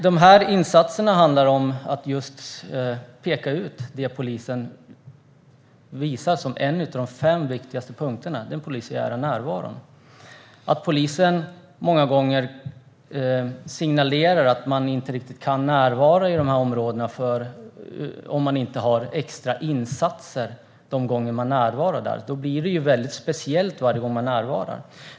De här insatserna handlar om att peka ut det polisen visar som en av de fem viktigaste punkterna, nämligen den polisiära närvaron. Polisen signalerar många gånger att man inte riktigt kan närvara i de här områdena om man inte har extra insatser de gånger man gör det. Då blir det väldigt speciellt varje gång man närvarar.